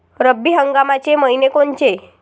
रब्बी हंगामाचे मइने कोनचे?